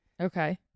Okay